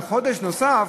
וחודש נוסף